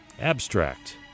Abstract